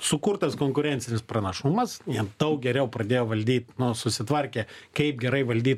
sukurtas konkurencinis pranašumas jam daug geriau pradėjo valdyt nu susitvarkė kaip gerai valdyt